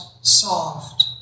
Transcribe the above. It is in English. soft